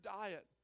diet